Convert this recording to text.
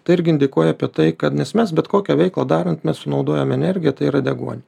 tai irgi indikuoja apie tai kad nes mes bet kokią veiklą darant mes naudojame energiją tai yra deguonį